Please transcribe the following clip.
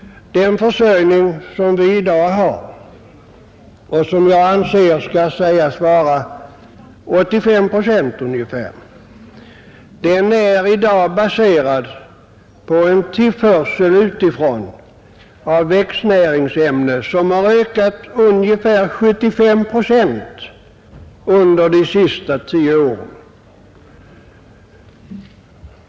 Den självförsörjning som vi i dag har och som jag anser vara ungefär 85 procent är baserad på en användning av växtnäringsämnen som har ökat ungefär 75 procent under de senaste tio åren.